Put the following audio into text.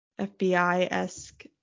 FBI-esque